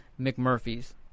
McMurphy's